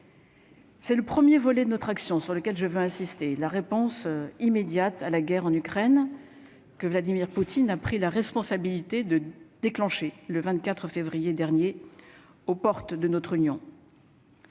C'est le 1er volet de notre action sur lequel je veux insister, la réponse immédiate à la guerre en Ukraine que Vladimir Poutine a pris la responsabilité de déclencher le 24 février dernier aux portes de notre Union.